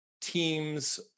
teams